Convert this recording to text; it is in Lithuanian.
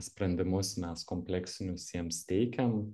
sprendimus mes kompleksinius jiems teikiam